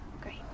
great